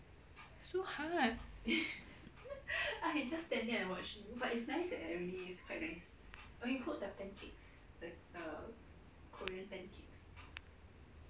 so hard